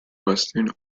western